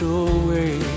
away